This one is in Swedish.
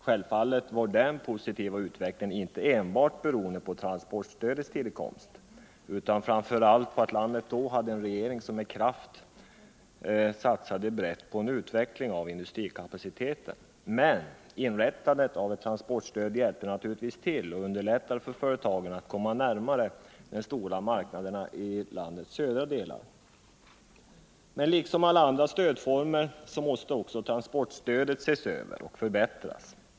Självfallet var den positiva utvecklingen inte enbart beroende på transportstödets tillkomst utan framför allt på att landet då hade en regering som med kraft satsade brett på en utveckling av industrikapaciteten. Men inrättandet av ett transportstöd hjälpte naturligtvis till och underlättade för företagen att komma närmare de stora marknaderna i landets södra delar. Liksom alla andra stödformer måste också transportstödet ses över och förbättras.